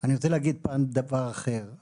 אני רוצה לדבר על פן אחר בנוגע למה שנאמר כאן.